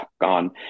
gone